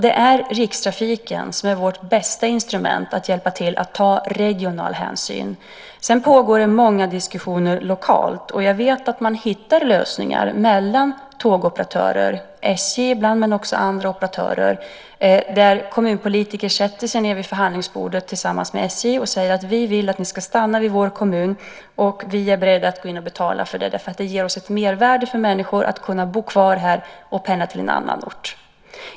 Det är Rikstrafiken som är vårt bästa instrument att hjälpa till att ta regional hänsyn. Det pågår många diskussioner lokalt. Jag vet att man hittar lösningar mellan tågoperatörer, SJ ibland men också andra operatörer, där kommunpolitiker sätter sig ned vid förhandlingsbordet tillsammans med SJ och säger att de vill att SJ ska finnas kvar i kommunen och att kommunen är beredd att betala för det eftersom det ger ett mervärde för kommunen att människor kan bo kvar i kommunen och pendla till en annan ort.